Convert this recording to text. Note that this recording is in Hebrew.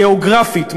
גיאוגרפית,